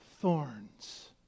thorns